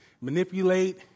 manipulate